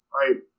right